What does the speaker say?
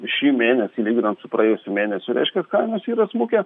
šį mėnesį lyginant su praėjusiu mėnesiu reiškias kainos yra smukę